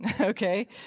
Okay